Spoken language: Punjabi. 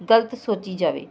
ਗਲਤ ਸੋਚੀ ਜਾਵੇ